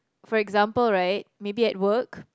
for example right maybe at work